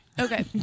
Okay